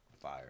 Fire